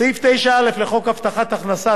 סעיף 9א לחוק הבטחת הכנסה,